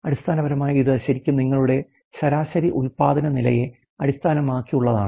അടിസ്ഥാനപരമായി ഇത് ശരിക്കും നിങ്ങളുടെ ശരാശരി ഉൽപാദന നിലയെ അടിസ്ഥാനമാക്കിയുള്ളതാണ്